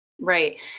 Right